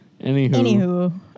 Anywho